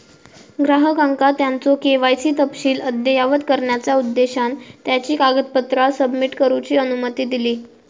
ग्राहकांका त्यांचो के.वाय.सी तपशील अद्ययावत करण्याचा उद्देशान त्यांची कागदपत्रा सबमिट करूची अनुमती दिली